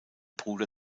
bruder